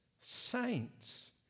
saints